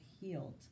healed